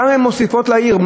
כמה הן מוסיפות לעיר?